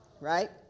Right